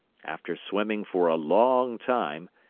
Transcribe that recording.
after swimming for a long time,